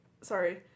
sorry